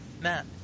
Matt